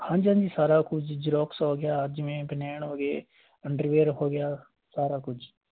ਹਾਂਜੀ ਹਾਂਜੀ ਸਾਰਾ ਕੁਝ ਜਰੋਕਸ ਹੋ ਗਿਆ ਜਿਵੇਂ ਬਨੈਣ ਹੋਗੇ ਅੰਡਰਵੀਅਰ ਹੋ ਗਿਆ ਸਾਰਾ ਕੁਝ